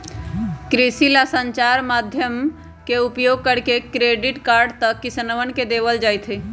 कृषि ला संचार माध्यम के उपयोग करके क्रेडिट कार्ड तक किसनवन के देवल जयते हई